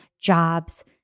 jobs